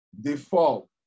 default